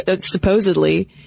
supposedly